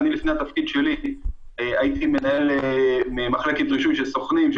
אני לפני התפקיד שלי הייתי מנהל מחלקת רישוי של סוכנים,